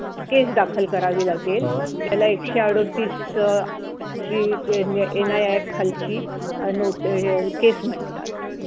केस दाखल करावी लागेल त्याला एकशे अडतीसची एन आय ॲक खालची नोट य केस म्हणतात